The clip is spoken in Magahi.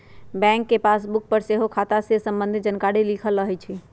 बैंक के पासबुक पर सेहो खता से संबंधित जानकारी लिखल रहै छइ